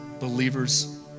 believers